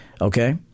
Okay